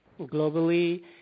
globally